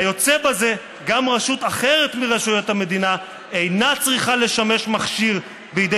כיוצא בזה גם רשות אחרת מרשויות המדינה אינה צריכה לשמש מכשיר בידי